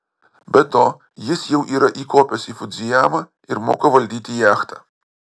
be to jis jau yra įkopęs į fudzijamą ir moka valdyti jachtą